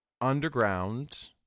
underground